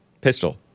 Pistol